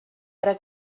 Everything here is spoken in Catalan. ara